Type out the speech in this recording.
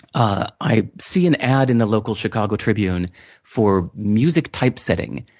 ah i see an ad in the local chicago tribune for music typesetting.